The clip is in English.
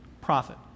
profit